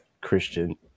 Christian